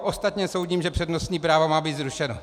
Ostatně soudím, že přednostní právo má být zrušeno.